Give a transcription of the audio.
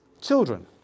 children